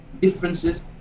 differences